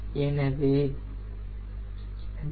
எனவே 0